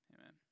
Amen